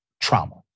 trauma